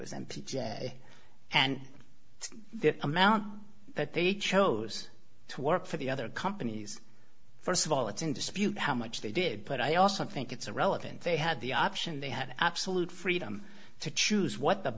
was empty and it's the amount that they chose to work for the other companies st of all it's in dispute how much they did but i also think it's a relevant they had the option they had absolute freedom to choose what the